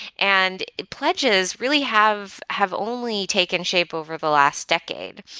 and pledges really have have only taken shape over the last decade.